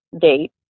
date